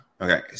Okay